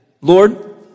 Lord